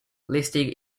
listing